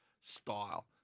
style